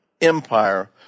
Empire